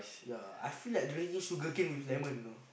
yea I feel like drinking sugarcane with lemon you know